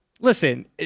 Listen